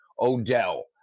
Odell